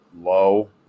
low